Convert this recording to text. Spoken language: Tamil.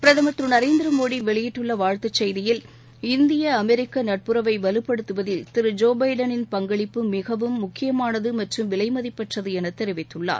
பிரதுர் திரு நரேந்திர மோடி வெளியிட்டுள்ள வாழ்த்துச் செய்தியில் இந்திய அமெரிக்க நட்புறவை வலுப்படுத்துவதில் திரு ஜோ பைடனின் பங்களிப்பு மிகவும் முக்கியமானது மற்றும் விலை மதிப்பற்றது என தெரிவித்துள்ளார்